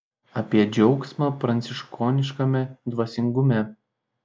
apie džiaugsmą pranciškoniškame dvasingume